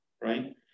right